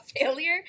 failure